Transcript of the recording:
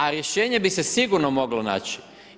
A rješenje bi se sigurno moglo naći.